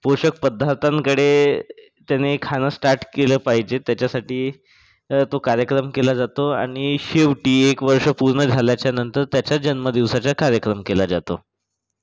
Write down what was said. पोषक पदार्थांकडे त्यानी खाणं स्टार्ट केलं पाहिजे त्याच्यासाठी तो कार्यक्रम केला जातो आणि शेवटी एक वर्ष पूर्ण झाल्याच्यानंतर त्याचा जन्मदिवसाचा कार्यक्रम केला जातो